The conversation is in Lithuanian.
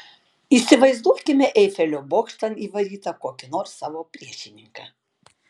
įsivaizduokime eifelio bokštan įvarytą kokį nors savo priešininką